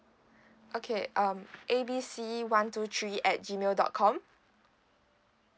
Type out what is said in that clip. okay um A B C one two three at G mail dot com